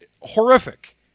horrific